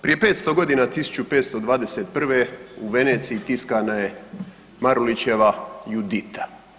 Prije 500 godina, 1521. u Veneciji tiskana je Marulićeva Judita.